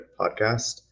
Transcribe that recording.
Podcast